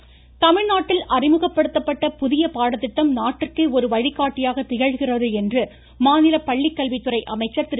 செங்கோட்டையன் தமிழ்நாட்டில் அறிமுகப்படுத்தப்பட்ட புதிய பாடத்திட்டம் நாட்டிற்கே ஒரு வழிகாட்டியாக திகழ்கிறது என்று மாநில பள்ளிக்கல்வித்துறை திரு